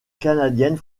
canadienne